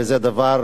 וזה דבר